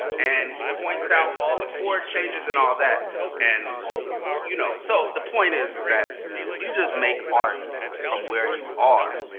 and he points out all the chord changes and all that. and you know so the point is is that you just make art from where you are.